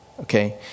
Okay